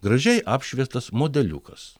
gražiai apšviestas modeliukas